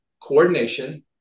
coordination